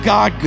God